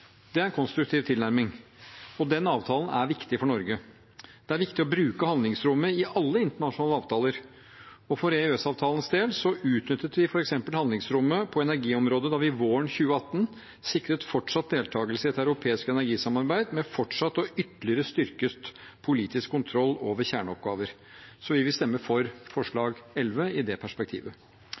Det er en konstruktiv tilnærming, og den avtalen er viktig for Norge. Det er viktig å bruke handlingsrommet i alle internasjonale avtaler. For EØS-avtalens del utnyttet vi handlingsrommet på energiområdet da vi våren 2018 sikret fortsatt deltakelse i et europeisk energisamarbeid, med fortsatt og ytterligere styrket politisk kontroll over kjerneoppgaver. Så vi vil stemme for forslag nr. 11, med det perspektivet.